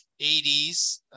80s